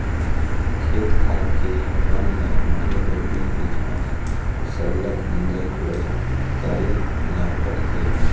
खेत खार के बन ल मारे बर बीच बीच म सरलग निंदई कोड़ई करे ल परथे